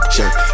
Shirt